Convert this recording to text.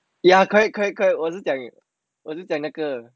ya correct correct correct 我是讲那个